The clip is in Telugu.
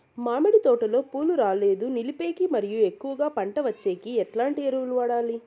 మామిడి తోటలో పూలు రాలేదు నిలిపేకి మరియు ఎక్కువగా పంట వచ్చేకి ఎట్లాంటి ఎరువులు వాడాలి?